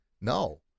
No